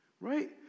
Right